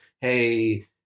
hey